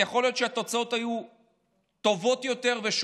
יכול להיות שהתוצאות היו שונות, טובות יותר.